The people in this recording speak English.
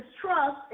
trust